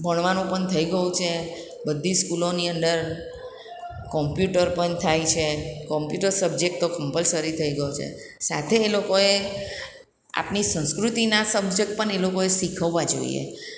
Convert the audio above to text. ભણવાનું પણ થઈ ગયું છે બધી સ્કૂલોની અંદર કોંપ્યુટર પણ થાય છે કોંપ્યુટર સબ્જેક્ટ તો કંપલસરી થઈ ગયો છે સાથે એ લોકોએ આપણી સંસ્કૃતિના સબ્જેક્ટ પણ એ લોકોએ શીખવવા જોઈએ